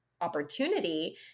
opportunity